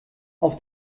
auf